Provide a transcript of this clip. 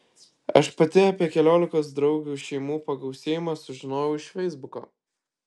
aš pati apie keliolikos draugių šeimų pagausėjimą sužinojau iš feisbuko